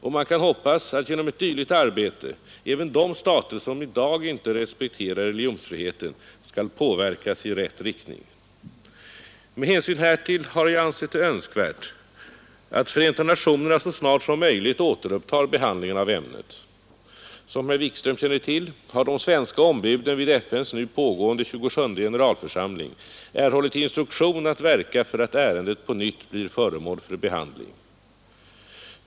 Och man kan hoppas att genom ett dylikt arbete även de stater som i dag inte respekterar religionsfriheten skall påverkas i rätt riktning. Med hänsyn härtill har jag ansett det önskvärt att FN så snart som möjligt återupptar behandlingen av ämnet. Som herr Wikström känner till har de svenska ombuden vid FN:s nu pågående tjugosjunde generalförsamling erhållit instruktion att verka för att ärendet på nytt blir föremål för behandling.